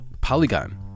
Polygon